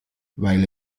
weil